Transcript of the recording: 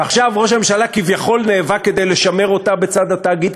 ועכשיו ראש הממשלה כביכול נאבק כדי לשמר אותה בצד התאגיד,